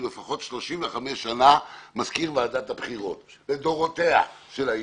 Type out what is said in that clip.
הוא לפחות 35 שנה מזכיר ועדת הבחירות לדורותיה של העיר.